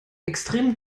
extremen